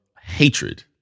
hatred